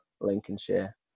Lincolnshire